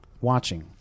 watching